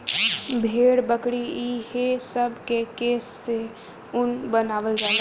भेड़, बकरी ई हे सब के केश से ऊन बनावल जाला